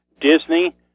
Disney